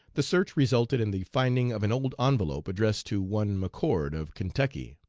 the search resulted in the finding of an old envelope, addressed to one mccord, of kentucky.